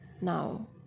Now